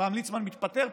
פעם ליצמן מתפטר,